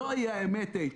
זוהי האמת, איתן.